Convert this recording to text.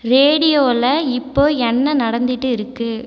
ரேடியோவில் இப்போ என்ன நடந்துகிட்டு இருக்கு